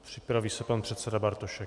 Připraví se pan předseda Bartošek.